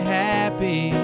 happy